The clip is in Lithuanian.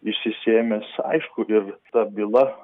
išsisėmęs aišku ir ta byla